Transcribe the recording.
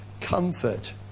comfort